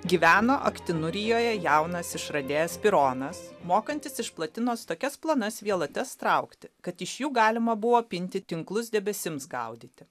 gyveno aktinurijoje jaunas išradėjas pironas mokantis iš platinos tokias plonas vielates traukti kad iš jų galima buvo pinti tinklus debesims gaudyti